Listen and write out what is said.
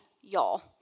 y'all